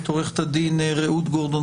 עורכת הדין רעות גורדון